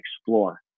explore